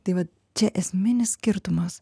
tai vat čia esminis skirtumas